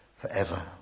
forever